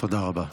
תודה רבה.